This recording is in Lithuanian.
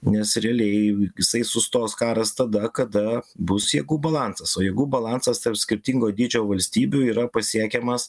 nes realiai jisai sustos karas tada kada bus jėgų balansas o jėgų balansas tarp skirtingo dydžio valstybių yra pasiekiamas